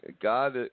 God